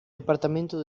departamento